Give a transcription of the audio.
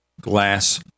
Glass